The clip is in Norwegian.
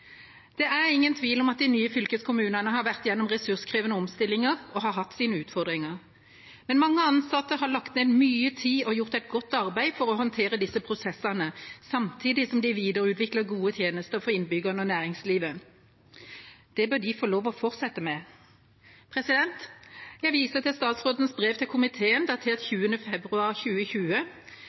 Det er ingen tvil om at de nye fylkeskommunene har vært gjennom ressurskrevende omstillinger og hatt sine utfordringer. Mange ansatte har lagt ned mye tid og gjort et godt arbeid for å håndtere disse prosessene, samtidig som de videreutvikler gode tjenester for innbyggerne og næringslivet. Det bør de få lov til å fortsette med. Jeg viser til statsrådens brev til komiteen datert 20. februar 2020.